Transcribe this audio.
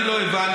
אני לא הבנתי,